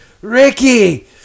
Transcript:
Ricky